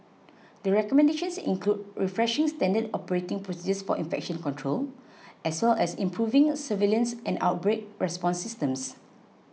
the recommendations include refreshing standard operating procedures for infection control as well as improving surveillance and outbreak response systems